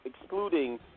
excluding